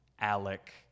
alec